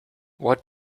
what